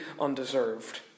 undeserved